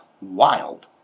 wild